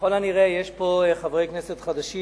ככל הנראה יש פה חברי כנסת חדשים,